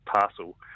parcel